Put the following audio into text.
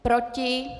Proti?